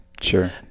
sure